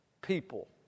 people